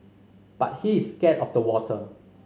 but he is scared of the water